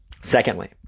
Secondly